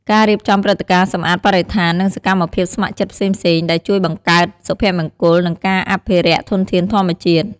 ការរៀបចំព្រឹត្តិការណ៍សម្អាតបរិស្ថាន និងសកម្មភាពស្ម័គ្រចិត្តផ្សេងៗ ដែលជួយបង្កើតសុភមង្គល និងការអភិរក្សធនធានធម្មជាតិ។